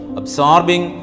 absorbing